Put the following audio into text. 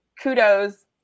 kudos